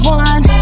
one